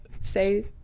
say